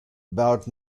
about